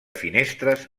finestres